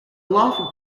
lava